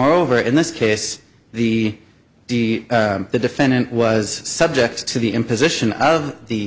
moreover in this case the d the defendant was subject to the imposition of the